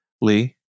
Lee